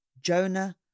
Jonah